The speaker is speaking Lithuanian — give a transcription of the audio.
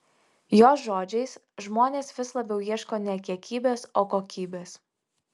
jos žodžiais žmonės vis labiau ieško ne kiekybės o kokybės